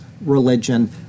religion